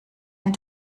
and